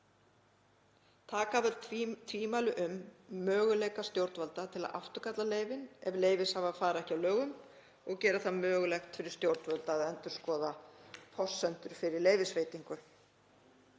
af öll tvímæli um möguleika stjórnvalda til að afturkalla leyfin ef leyfishafar fara ekki að lögum og gera það mögulegt fyrir stjórnvöld að endurskoða forsendur fyrir leyfisveitingu.